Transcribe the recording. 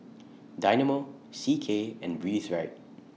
Dynamo C K and Breathe Right